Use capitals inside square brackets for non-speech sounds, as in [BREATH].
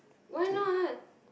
why not [BREATH]